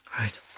Right